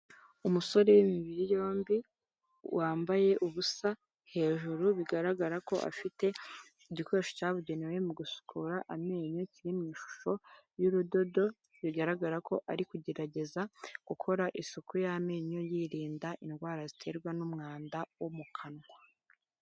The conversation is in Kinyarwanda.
Umusore w'imibiri yombi, wambaye ubusa hejuru, bigaragara ko afite igikoresho cyabugenewe mu gusukura amenyo kiri mu ishusho y'urudodo, bigaragara ko ari kugerageza gukora isuku y'amenyo, yirinda indwara ziterwa n'umwanda wo mu kanwa.